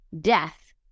death